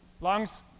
Lungs